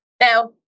Now